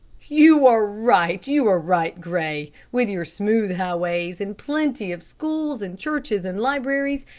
you are right, you are right, gray. with your smooth highways, and plenty of schools, and churches, and libraries,